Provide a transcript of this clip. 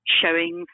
showing